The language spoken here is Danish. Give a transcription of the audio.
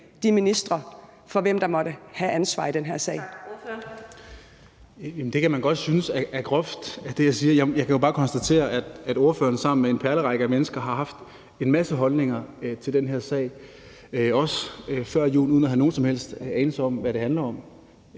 Adsbøl): Ordføreren. Kl. 13:10 Bjørn Brandenborg (S): Man kan godt synes, at det, jeg siger, er groft. Jeg kan bare konstatere, at ordføreren sammen med en perlerække af mennesker har haft en masse holdninger til den her sag, også før jul, uden at have nogen som helst anelse om, hvad det handler om.